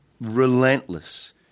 relentless